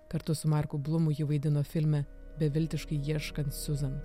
kartu su marku blumu ji vaidino filme beviltiškai ieškant suzan